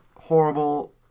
horrible